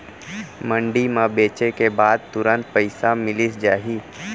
मंडी म बेचे के बाद तुरंत पइसा मिलिस जाही?